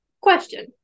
question